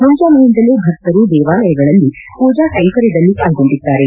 ಮುಂಜಾನೆಯಿಂದಲೇ ಭಕ್ತರು ದೇವಾಲಯಗಳಲ್ಲಿ ಮೂಜಾ ಕೈಂಕರ್ಯದಲ್ಲಿ ಪಾಲ್ಗೊಂಡಿದ್ದಾರೆ